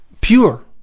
pure